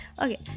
Okay